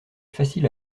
facile